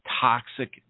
toxic